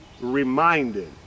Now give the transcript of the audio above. reminded